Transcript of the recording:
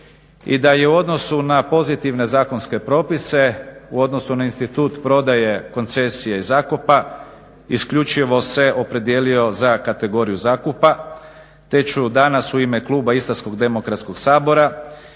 i da je u odnosu na pozitivne zakonske propise u odnosu na institut prodaje koncesije i zakupa isključivo se opredijelio za kategoriju zakupa te ću danas u ime kluba istarskog demokratskog sabora